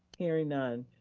hearing none.